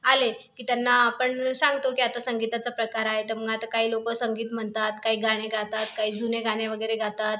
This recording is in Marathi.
आले की त्यांना आपण सांगतो की आता संगीताचा प्रकार आहे तर मग आता काही लोक संगीत म्हणतात काही गाणे गातात काही जुने गाणे वगैरे गातात